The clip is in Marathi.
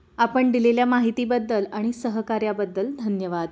आपण दिलेल्या माहितीबद्दल आणि सहकार्याबद्दल धन्यवाद